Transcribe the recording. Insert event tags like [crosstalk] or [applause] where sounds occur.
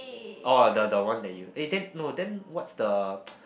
[roh] the the one that you eh then no then what's the [noise]